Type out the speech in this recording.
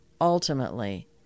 ultimately